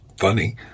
funny—